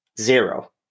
Zero